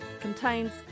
contains